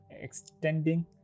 extending